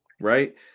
Right